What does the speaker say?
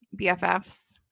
BFFs